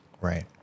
right